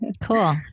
Cool